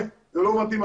זה לא מתאים,